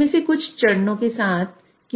अधिकतर